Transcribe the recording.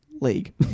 League